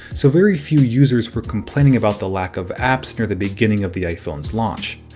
so very few users were complaining about the lack of apps near the beginning of the iphones launch.